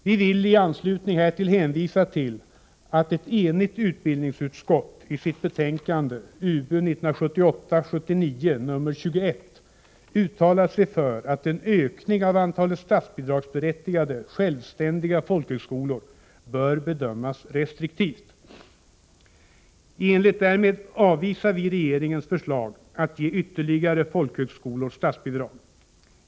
Vi vill i anslutning härtill hänvisa till att ett enigt utbildningsutskott i sitt betänkande UbU 1978/79:21 uttalat sig för att en ökning av antalet statsbidragsberättigade självständiga folkhögskolor bör bedömas restriktivt. I enlighet härmed avvisar vi regeringens förslag att ge ytterligare folkhögskolor statsbidrag.